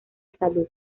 salud